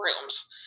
rooms